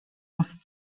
pense